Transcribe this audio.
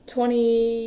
Twenty